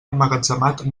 emmagatzemat